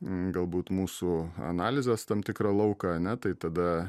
galbūt mūsų analizės tam tikrą lauką ane tai tada